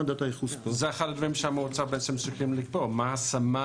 זה אחד הדברים שהמועצה צריכה לקבוע מה הסמן